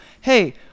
hey